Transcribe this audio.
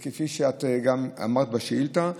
כפי שגם אמרת בשאילתה,